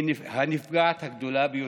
היא הנפגעת הגדולה ביותר.